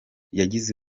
yagize